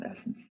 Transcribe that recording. essence